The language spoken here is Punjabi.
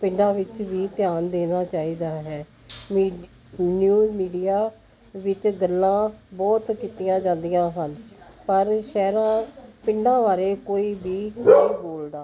ਪਿੰਡਾਂ ਵਿੱਚ ਵੀ ਧਿਆਨ ਦੇਣਾ ਚਾਹੀਦਾ ਹੈ ਮੀ ਨਿਊਜ਼ ਮੀਡੀਆ ਵਿੱਚ ਗੱਲਾਂ ਬਹੁਤ ਕੀਤੀਆਂ ਜਾਂਦੀਆਂ ਹਨ ਪਰ ਸ਼ਹਿਰਾਂ ਪਿੰਡਾਂ ਬਾਰੇ ਕੋਈ ਵੀ ਨਹੀਂ ਬੋਲਦਾ